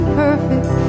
perfect